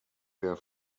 der